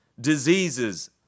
Diseases